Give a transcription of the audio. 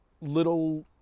little